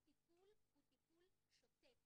הטיפול הוא טיפול שוטף.